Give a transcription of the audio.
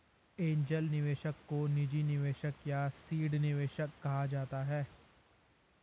angel निवेशक को निजी निवेशक या सीड निवेशक कहा जाता है